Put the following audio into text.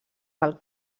del